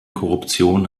korruption